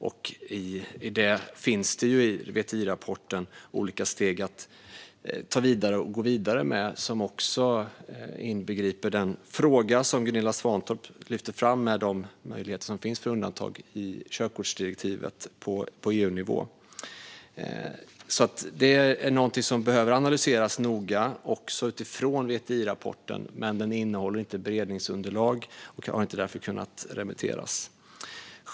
I VTI-rapporten finns olika steg att gå vidare med detta som också inbegriper den fråga som Gunilla Svantorp lyfter fram gällande de möjligheter som finns för undantag i körkortsdirektivet på EU-nivå. Det är någonting som behöver analyseras noga också utifrån VTI-rapporten, men rapporten innehåller inte beredningsunderlag och har därför inte kunnat remitteras.